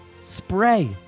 spray